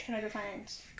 cannot do finance